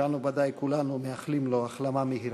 שאנו כולנו בוודאי מאחלים לו החלמה מהירה.